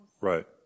Right